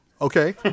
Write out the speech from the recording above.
okay